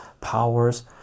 powers